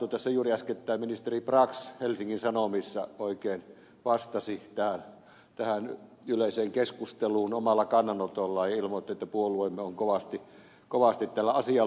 tässä juuri äskettäin ministeri brax helsingin sanomissa oikein vastasi tähän yleiseen keskusteluun omalla kannanotollaan ja ilmoitti että puolueemme on kovasti tällä asialla